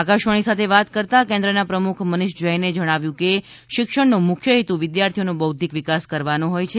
આકાશવાણી સાથે વાત કરતાં આ કેન્દ્રના પ્રમુખ મનીષ જૈને જણાવ્યું હતું કે શિક્ષણનો મુખ્ય હેતુ વિદ્યાર્થીઓનો બૌદ્ધિક વિકાસ કરવાનો હોય છે